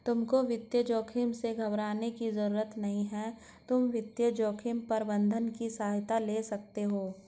तुमको वित्तीय जोखिम से घबराने की जरूरत नहीं है, तुम वित्तीय जोखिम प्रबंधन की सहायता ले सकते हो